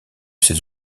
ces